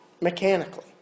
mechanically